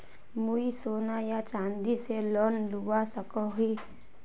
मुई सोना या चाँदी से लोन लुबा सकोहो ही?